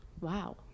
wow